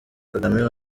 kagame